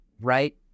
right